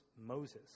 moses